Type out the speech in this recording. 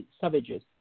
savages